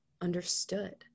understood